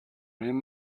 him